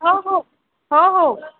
हो हो हो हो